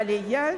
לעלייה